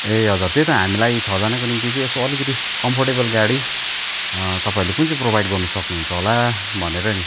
ए हजुर त्यही त हामीलाई छजनाको निम्ति चाहिँ यसो अलिकति कम्फर्टेबल गाडी तपाईँहरूले कुन चाहिँ प्रभाइड गर्न सक्नुहुन्छ होला भनेर नि